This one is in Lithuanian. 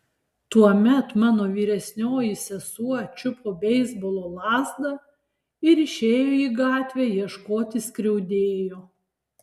tuomet mano vyresnioji sesuo čiupo beisbolo lazdą ir išėjo į gatvę ieškoti skriaudėjo